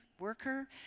worker